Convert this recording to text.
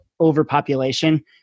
overpopulation